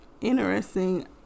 interesting